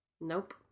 Nope